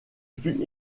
fut